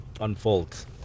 unfolds